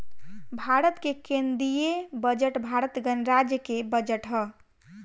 भारत के केंदीय बजट भारत गणराज्य के बजट ह